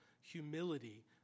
humility